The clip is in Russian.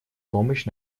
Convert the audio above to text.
помощь